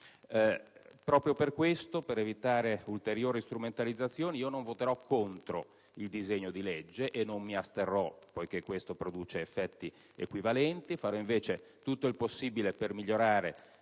Proprio per questo, per evitare ulteriori strumentalizzazioni, non voterò contro il disegno di legge e non mi asterrò, poiché questo al Senato produce effetti equivalenti. Farò invece tutto il possibile per migliorare